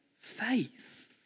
faith